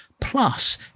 Plus